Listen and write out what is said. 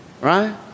Right